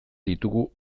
ditugu